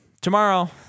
Tomorrow